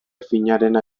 finarena